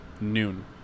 noon